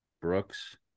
Brooks